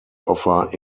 offer